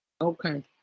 Okay